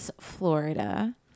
Florida